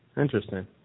interesting